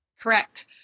Correct